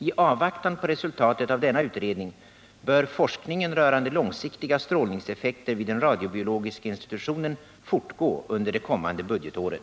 I avvaktan på resultatet av denna utredning bör forskningen rörande långsiktiga strålningseffekter vid den radiobiologiska institutionen fortgå under det kommande budgetåret.